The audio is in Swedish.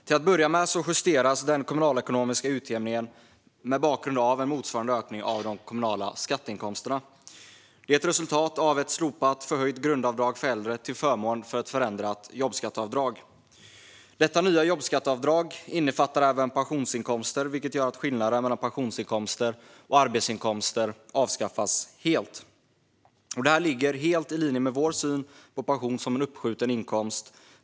Till att börja med justeras den kommunalekonomiska utjämningen med en motsvarande ökning av de kommunala skatteinkomsterna. Det är ett resultat av ett slopat förhöjt grundavdrag för äldre till förmån för ett förändrat jobbskatteavdrag. Detta nya jobbskatteavdrag innefattar även pensionsinkomster, vilket gör att skillnaden mellan pensionsinkomster och arbetsinkomster avskaffas helt. Det här ligger helt i linje med vår syn på pension som en uppskjuten inkomst.